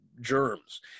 germs